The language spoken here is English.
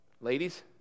Ladies